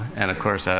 and of course, ah